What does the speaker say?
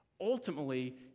Ultimately